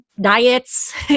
diets